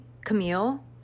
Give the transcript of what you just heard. camille